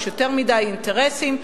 יש יותר מדי אינטרסים.